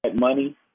money